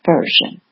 Version